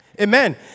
Amen